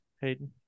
Hayden